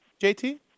JT